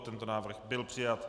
Tento návrh byl přijat.